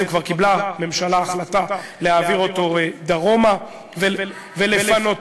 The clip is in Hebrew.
שהממשלה כבר קיבלה החלטה להעביר אותו דרומה ולפנותו.